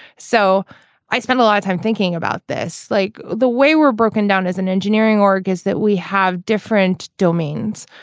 so i spend a lot of time thinking about this. like the way we're broken down as an engineering org is that we have different domains.